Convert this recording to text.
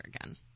again